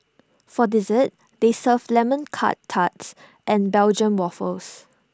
for dessert they serve lemon Curt tarts and Belgium Waffles